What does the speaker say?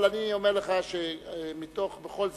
אבל אני אומר לך שמתוך, בכל זאת,